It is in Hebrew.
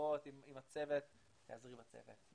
במחשבות עם הצוות, תיעזרי בצוות.